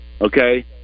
okay